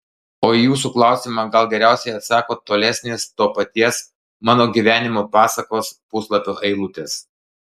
o į jūsų klausimą gal geriausiai atsako tolesnės to paties mano gyvenimo pasakos puslapio eilutės